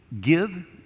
give